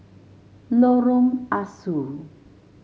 Lorong Ah Soo